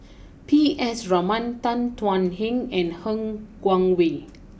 P S Raman Tan Thuan Heng and Han Guangwei